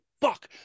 fuck